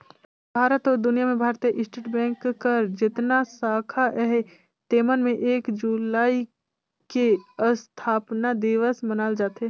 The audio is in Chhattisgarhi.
भारत अउ दुनियां में भारतीय स्टेट बेंक कर जेतना साखा अहे तेमन में एक जुलाई के असथापना दिवस मनाल जाथे